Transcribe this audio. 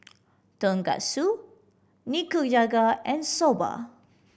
Tonkatsu Nikujaga and Soba